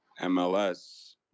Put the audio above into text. MLS